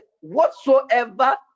whatsoever